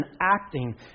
acting